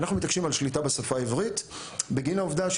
אנחנו מתעקשים על שליטה בשפה העברית בגין העובדה,